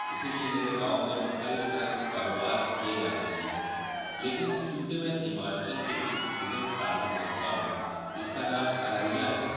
اسی لیے میرے گاؤں میں مختلف طرح کے کاروبار کیے جاتے ہیں لیکن چونکہ میں سیمانچل کے اس ضلعے سے تعلق رکھتا ہوں جس کا نام ارریا ہے